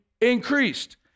increased